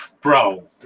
bro